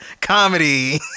comedy